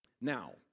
Now